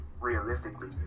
realistically